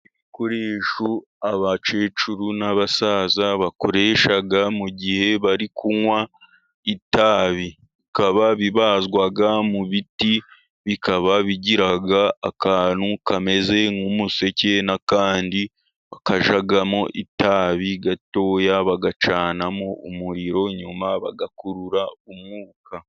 Ibikoresho abakecuru n'abasaza bakoresha mu gihe bari kunywa itabikaba, bikaba bibazwa mu biti bikaba bigira akantu kameze nk'umuseke n'akandi bakajyamo itabi gatoya bagacanamo umuriro nyuma bagakurura umwuka.